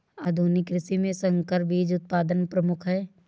आधुनिक कृषि में संकर बीज उत्पादन प्रमुख है